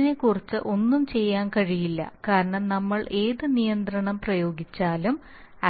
ഇതിനെക്കുറിച്ച് ഒന്നും ചെയ്യാൻ കഴിയില്ല കാരണം നമ്മൾ ഏത് നിയന്ത്രണം പ്രയോഗിച്ചാലും